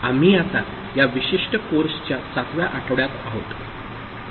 आम्ही आता या विशिष्ट कोर्सच्या 7 व्या आठवड्यात आहोत